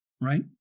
right